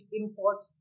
imports